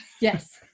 Yes